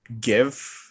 give